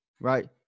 right